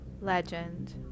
legend